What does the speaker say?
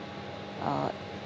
uh